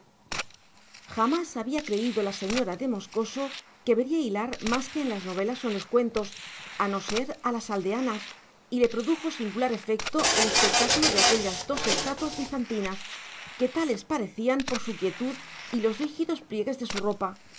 jamás había creído la señora de moscoso que vería hilar más que en las novelas o en los cuentos a no ser a las aldeanas y le produjo singular efecto el espectáculo de aquellas dos estatuas bizantinas que tales parecían por su quietud y los rígidos pliegues de su ropa